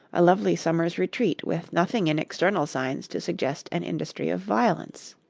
a lovely summer's retreat with nothing in external signs to suggest an industry of violence.